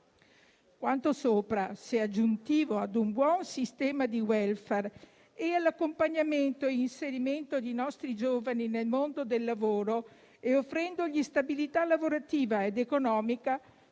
Quanto sopra, se aggiuntivo a un buon sistema di *welfare*, all'accompagnamento e all'inserimento dei nostri giovani nel mondo del lavoro, offrendo loro stabilità lavorativa ed economica,